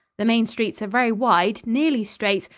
the main streets are very wide, nearly straight,